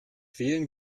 fehlen